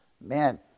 man